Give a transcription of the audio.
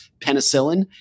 penicillin